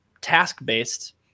task-based